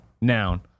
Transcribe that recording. Noun